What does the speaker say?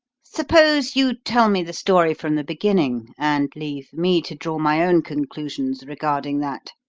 suppose you tell me the story from the beginning, and leave me to draw my own conclusions regarding that,